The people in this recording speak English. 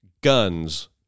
guns